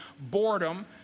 boredom